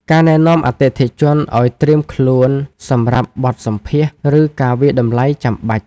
ការណែនាំអតិថិជនឱ្យត្រៀមខ្លួនសម្រាប់បទសម្ភាសន៍ ឬការវាយតម្លៃចាំបាច់។